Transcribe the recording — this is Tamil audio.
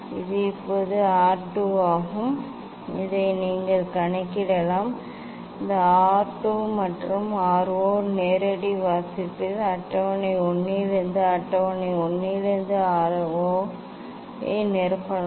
இது இப்போது R 2 ஆகும் இதை நீங்கள் கணக்கிடலாம் இந்த R 2 மற்றும் R 0 நேரடி வாசிப்பில் அட்டவணை 1 இலிருந்து அட்டவணை 1 இலிருந்து R0 ஐ நிரப்பலாம்